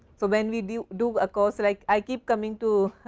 so, when we do do a course like i keep coming to